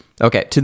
okay